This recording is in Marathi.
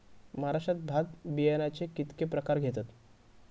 महाराष्ट्रात भात बियाण्याचे कीतके प्रकार घेतत?